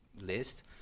list